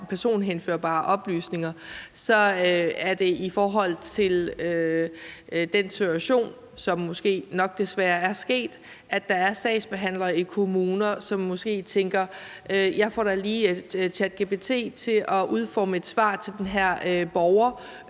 personhenførbare oplysninger, så er det i forhold til det, der måske nok desværre er sket, nemlig at der er sagsbehandlere i kommuner, som måske tænker, at man da lige kan få ChatGPT til at udforme et svar til en borger,